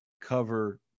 cover